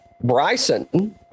Bryson